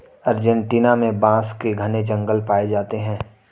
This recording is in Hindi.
अर्जेंटीना में बांस के घने जंगल पाए जाते हैं